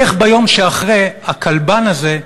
איך ביום שאחרי, הכלבן הזה,